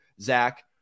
Zach